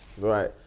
Right